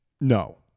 No